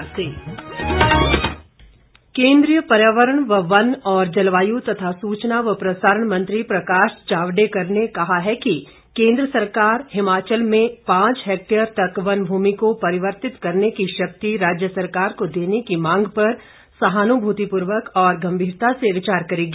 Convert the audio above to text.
जावडेकर केंद्रीय पर्यावरण व वन और जलवायु तथा सूचना व प्रसारण मंत्री प्रकाश जावडेकर ने कहा है कि केंद्र सरकार हिमाचल में पांच हैक्टेयर तक वन भूमि को परिवर्तित करने की शक्तियां राज्य सरकार को देने की मांग पर सहानुभूतिपूर्वक और गंभीरता से विचार करेगी